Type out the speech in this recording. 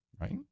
right